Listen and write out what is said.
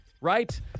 right